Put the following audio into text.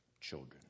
children